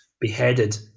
beheaded